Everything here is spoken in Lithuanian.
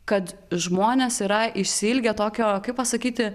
kad žmonės yra išsiilgę tokio kaip pasakyti